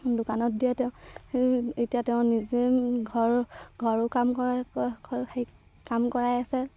দোকানত দিয়ে তেওঁ সেই এতিয়া তেওঁ নিজে ঘৰ ঘৰৰো কাম কৰা কাম কৰাই আছে